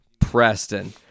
Preston